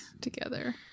Together